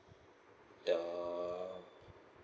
the uh